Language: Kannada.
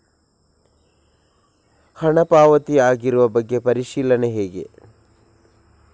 ಹಣ ಪಾವತಿ ಆಗಿರುವ ಬಗ್ಗೆ ಪರಿಶೀಲನೆ ಹೇಗೆ?